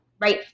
right